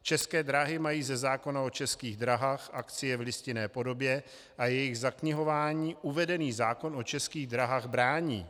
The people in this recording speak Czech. České dráhy mají ze zákona o Český dráhách akcie v listinné podobě a jejich zaknihování uvedený zákon o Českých dráhách brání.